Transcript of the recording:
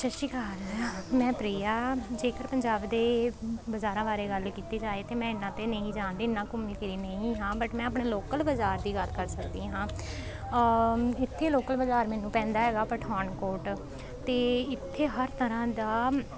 ਸਤਿ ਸ਼੍ਰੀ ਅਕਾਲ ਮੈਂ ਪ੍ਰਿਆ ਜੇਕਰ ਪੰਜਾਬ ਦੇ ਬਜ਼ਾਰਾਂ ਬਾਰੇ ਗੱਲ ਕੀਤੀ ਜਾਏ ਤਾਂ ਮੈਂ ਇੰਨਾਂ ਤਾਂ ਨਹੀਂ ਜਾਣਦੀ ਇੰਨਾਂ ਘੁੰਮੀ ਫਿਰੀ ਨਹੀਂ ਹਾਂ ਬਟ ਮੈਂ ਆਪਣੇ ਲੋਕਲ ਬਜ਼ਾਰ ਦੀ ਗੱਲ ਕਰ ਸਕਦੀ ਹਾਂ ਇੱਥੇ ਲੋਕਲ ਬਜ਼ਾਰ ਮੈਨੂੰ ਪੈਂਦਾ ਹੈਗਾ ਪਠਾਨਕੋਟ ਅਤੇ ਇੱਥੇ ਹਰ ਤਰ੍ਹਾਂ ਦਾ